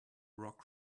rock